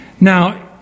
Now